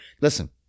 Listen